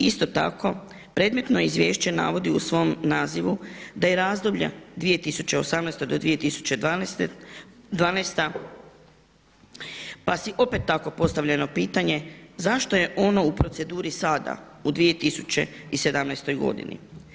Isto tako predmetno izvješće navodi u svom nazivu da je razdoblje … do 2012. pa si opet tako postavljeno pitanje zašto je ono u proceduri sada u 2017. godini?